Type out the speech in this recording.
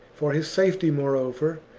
for his safety, moreover,